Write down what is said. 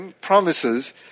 promises